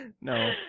No